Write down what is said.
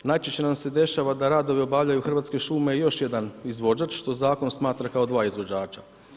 Najčešće nam se dešava da radove obavljaju Hrvatske šume još jedan izvođač, što zakon smatra kao dva izvođača.